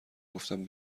گفتم